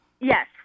Yes